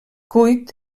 cuit